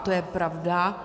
To je pravda.